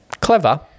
Clever